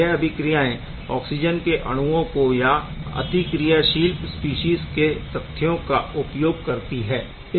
यह अभिक्रियाएं ऑक्सिजन के अणुओं को या अतिक्रियाशील स्पीशीज़ के तथ्यों का उपयोग करती है